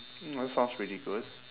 mm that sounds pretty good